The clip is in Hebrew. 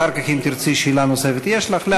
אחר כך אם תרצי שאלה נוספת, יש לך.